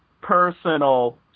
personal